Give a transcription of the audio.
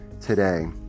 today